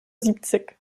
siebzig